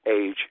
age